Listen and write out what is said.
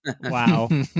Wow